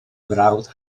frawd